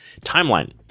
timeline